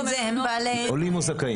אלה עולים או זכאים.